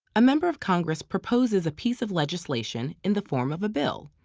a member of congress proposes a piece of legislation in the form of a bill.